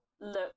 look